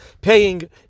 paying